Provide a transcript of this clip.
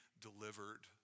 delivered